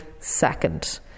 second